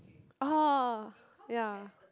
oh ya